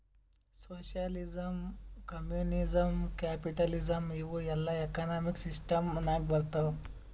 socialism, communism, capitalism ಇವೂ ಎಲ್ಲಾ economic system ನಾಗ್ ಬರ್ತಾವ್